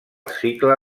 cicle